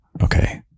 Okay